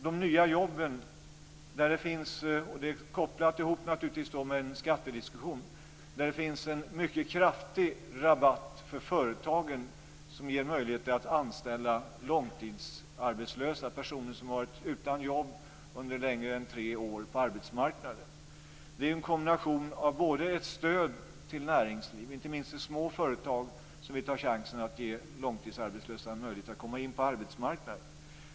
När det gäller de nya jobben - detta naturligtvis kopplat till en skattediskussion - finns det en mycket kraftig rabatt för företagen som ger möjligheter att anställa långtidsarbetslösa, personer som har varit utan jobb i mer än tre år på arbetsmarknaden. Det är en kombination av ett stöd till näringslivet - inte minst till de små företag som vill ta chansen och ge långtidsarbetslösa en möjlighet att komma in på arbetsmarknaden.